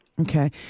Okay